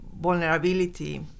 vulnerability